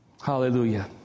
Hallelujah